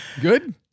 Good